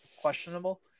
questionable